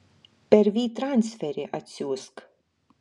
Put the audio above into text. per vytransferį atsiųsk